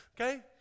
Okay